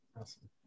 Awesome